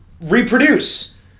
reproduce